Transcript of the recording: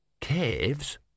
Caves